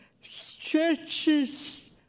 stretches